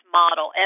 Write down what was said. model